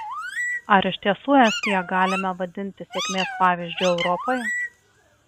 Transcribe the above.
ar iš tiesų estiją galime vadinti sėkmės pavyzdžiu europai